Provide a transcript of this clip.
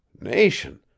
Nation